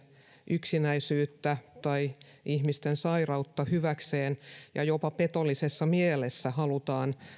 yksinäisyyttä tai ihmisten sairautta hyväksi ja jopa petollisessa mielessä halutaan